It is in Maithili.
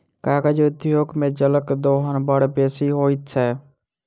कागज उद्योग मे जलक दोहन बड़ बेसी होइत छै